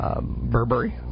Burberry